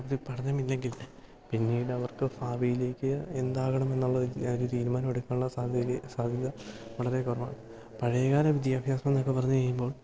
വലിയ പഠനം ഇല്ലെങ്കിൽ പിന്നീടവർക്കു ഭാവിയിലേക്ക് എന്താകണം എന്നുള്ളൊരു തീരുമാനം എടുക്കാനുള്ള സാധ്യത വളരെ കുറവാണ് പഴയകാല വിദ്യാഭ്യാസം എന്നൊക്കെ പറഞ്ഞുകഴിയുമ്പോൾ